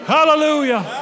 Hallelujah